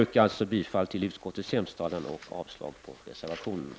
Jag yrkar bifall till utskottets hemställan och avslag på reservationerna.